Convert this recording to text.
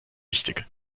wichtig